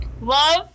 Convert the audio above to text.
Love